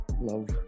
Love